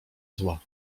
zła